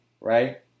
Right